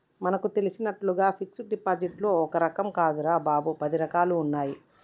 మనకు తెలిసినట్లుగా ఫిక్సడ్ డిపాజిట్లో ఒక్క రకం కాదురా బాబూ, పది రకాలుగా ఉన్నాయి